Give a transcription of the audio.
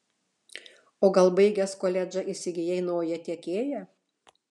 o gal baigęs koledžą įsigijai naują tiekėją